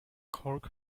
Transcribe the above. cork